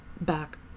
back